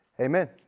Amen